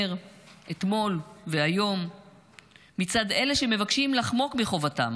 אתמול והיום מצד אלה שמבקשים לחמוק מחובתם,